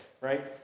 right